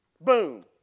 Boom